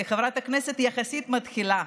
כחברת כנסת יחסית מתחילה.